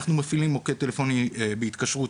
אנחנו מפעילים מוקד טלפוני בהתקשרות